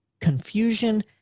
confusion